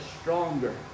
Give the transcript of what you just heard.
stronger